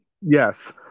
yes